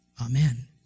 Amen